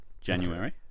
January